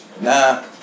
nah